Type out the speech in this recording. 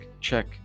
check